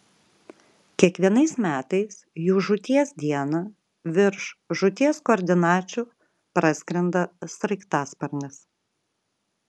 kiekvienais metais jų žūties dieną virš žūties koordinačių praskrenda sraigtasparnis